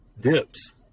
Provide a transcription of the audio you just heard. dips